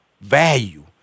value